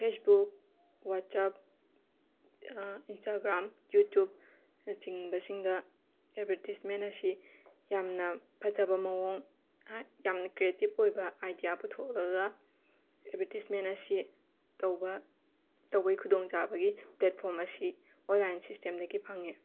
Facebook WhatsApp Instagram YouTube ꯅꯆꯤꯡꯕꯁꯤꯡꯗ advertisement ꯑꯁꯤ ꯌꯥꯝꯅ ꯐꯖꯕ ꯃꯑꯣꯡ ꯍꯥꯏ ꯌꯥꯝ ꯀ꯭ꯔꯦꯇꯤꯞ ꯑꯣꯏꯕ ꯑꯥꯏꯗꯤꯌꯥ ꯄꯨꯊꯣꯛꯂꯒ ꯑꯦꯗꯚꯔꯇꯤꯁꯃꯦꯟ ꯑꯁꯤ ꯇꯧꯕ ꯇꯧꯕꯒꯤ ꯈꯨꯗꯣꯡꯆꯥꯕꯒꯤ ꯄ꯭ꯂꯦꯠꯐꯣꯔꯝ ꯑꯁꯤ ꯑꯣꯟꯂꯥꯏꯟ ꯁꯤꯁꯇꯦꯝꯗꯒꯤ ꯐꯪꯉꯤ